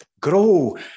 Grow